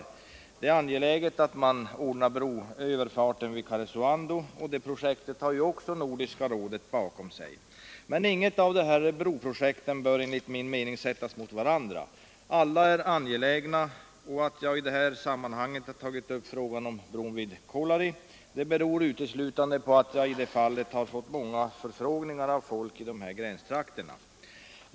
Det är nödvändigt att ordna broöverfarten vid Karesuando, och även detta projekt har Nordiska rådet bakom sig. Men enligt min mening bör inga av dessa broprojekt sättas mot varandra. Alla är angelägna. Att jag i detta sammanhang har tagit upp bron vid Kolari beror uteslutande på att jag i det fallet fått många förfrågningar från människor i dessa gränstrakter.